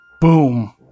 Boom